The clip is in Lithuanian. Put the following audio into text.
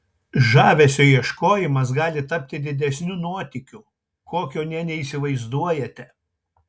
žavesio ieškojimas gali tapti didesniu nuotykiu kokio nė neįsivaizduojate